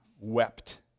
wept